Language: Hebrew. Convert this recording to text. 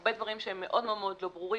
הרבה דברים שמאוד מאוד לא ברורים,